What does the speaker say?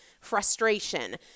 frustration